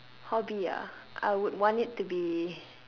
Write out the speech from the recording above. hobby ah I would want it to be